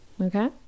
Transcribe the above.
okay